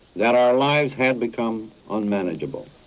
that our lives had become unmanageable